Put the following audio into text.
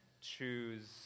choose